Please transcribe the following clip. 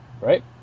Right